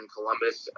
Columbus